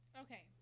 Okay